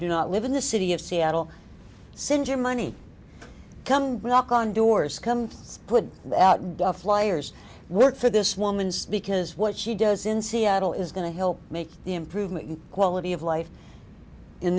do not live in the city of seattle center money come knock on doors come put that duff liars work for this woman's because what she does in seattle is going to help make the improvement in quality of life in